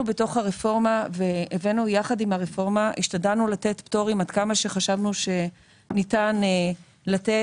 בתוך הרפורמה השתדלנו לתת פטורים עד כמה שחשבנו שניתן לתת.